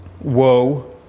Woe